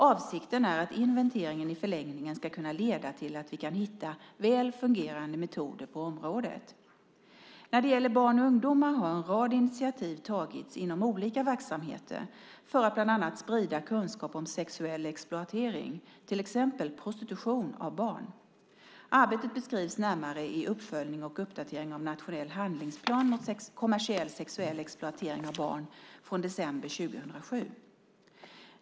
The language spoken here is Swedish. Avsikten är att inventeringen i förlängningen ska kunna leda till att vi kan hitta väl fungerande metoder på området. När det gäller barn och ungdomar har en rad initiativ tagits inom olika verksamheter för att bland annat sprida kunskap om sexuell exploatering, till exempel prostitution, av barn. Arbetet beskrivs närmare i Uppföljning och uppdatering av Nationell handlingsplan mot kommersiell sexuell exploatering av barn från december 2007.